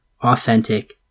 authentic